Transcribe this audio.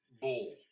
bull